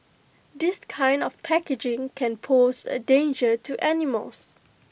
this kind of packaging can pose A danger to animals